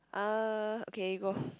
uh okay you go